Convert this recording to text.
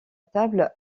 table